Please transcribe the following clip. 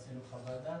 עשינו חוות דעת,